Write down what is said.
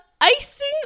icing